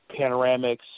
panoramics